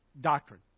doctrine